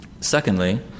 Secondly